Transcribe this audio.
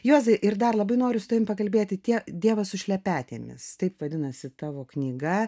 juozai ir dar labai noriu su tavimi pakalbėti tie dievas su šlepetėmis taip vadinasi tavo knyga